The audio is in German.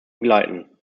begleiten